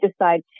decide